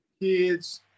kids